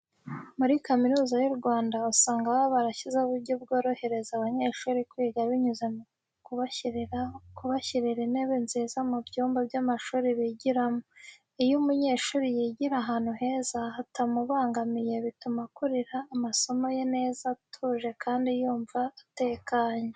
Muri Kaminuza y'u Rwanda usanga baba barashyizeho uburyo bworohereza abanyeshuri kwiga binyuze mu kubashyirira intebe nziza mu byumba by'amashuri bigiramo. Iyo umunyeshuri yigira ahantu heza hatamubangamiye bituma akurikira amasomo ye neza atuje kandi yumva atekanye.